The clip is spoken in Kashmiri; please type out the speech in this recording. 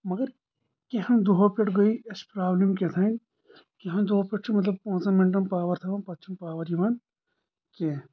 مگر کیٚنٛہَہ دۄہَو پٮ۪ٹھ گٔے اسہِ پرٛابلِم کیتھانۍ کِینٛہَہ دۄہَن پٮ۪ٹھ چھ مطلَب پانٛژَن مِنٹَن پاوَر تھوَان پتہٕ چُھنہٕ پاوَر یِوان کیٚنٛہہ